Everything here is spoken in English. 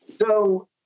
So-